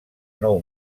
nou